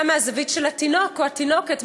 גם מהזווית של התינוק או של התינוקת,